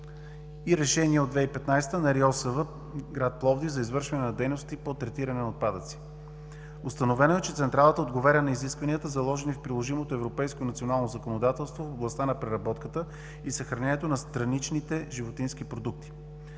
и Решение от 2015 на РИОСВ – град Пловдив, за извършване на дейности по третиране на отпадъци. Установено е, че Централата отговаря на изискванията, заложени в приложимото европейско национално законодателство в областта на преработката и съхранението на страничните животински продукти.